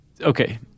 Okay